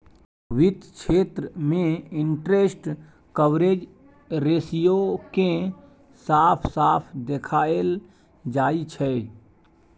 वित्त क्षेत्र मे इंटरेस्ट कवरेज रेशियो केँ साफ साफ देखाएल जाइ छै